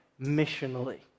missionally